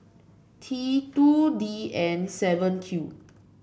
T two D N seven Q